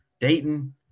Dayton